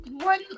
One